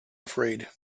afraid